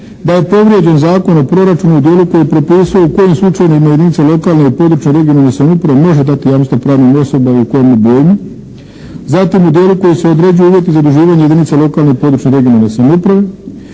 da je povrijeđen Zakon o proračunu u dijelu koji je propisao u kojem slučaju jedinica lokalne i područne (regionalne) samouprave može dati jamstva pravnim osobama i u kojem obujmu. Zatim u dijelu koji se određuju uvjeti zaduživanja jedinica lokalne i područne (regionalne) samouprave,